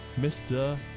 Mr